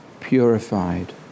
purified